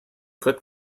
click